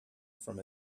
from